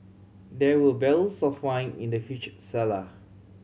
there were barrels of wine in the huge cellar